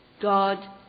God